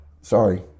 Sorry